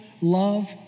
Love